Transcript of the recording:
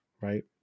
Right